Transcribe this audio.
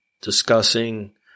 discussing